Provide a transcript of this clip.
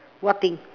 what thing